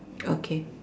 okay